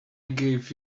gave